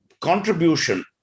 contribution